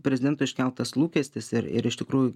prezidento iškeltas lūkestis ir ir iš tikrųjų